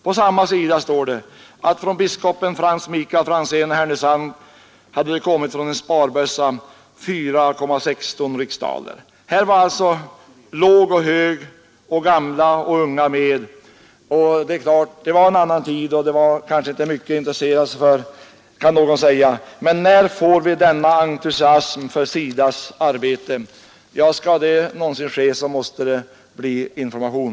På samma sida står det att från biskopen F.M. Franzén i Hernösand inkommit ur en sparbössa 4,16 riksdaler. Här var alltså låg och hög, gammal och ung med. Det var en annan tid, och det fanns kanske inte mycket att intressera sig för, kan man invända. Men när får vi denna entusiasm för SIDA :s arbete? Skall det någonsin ske, måste det till information.